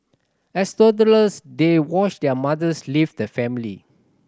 as toddlers they watched their mothers leave the family